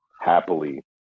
happily